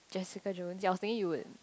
Jessica-Jones yeah I was thinking you would